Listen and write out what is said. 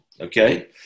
Okay